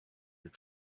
your